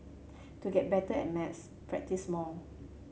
to get better at maths practise more